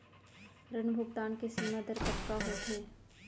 ऋण भुगतान के सीमा दर कतका होथे?